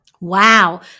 Wow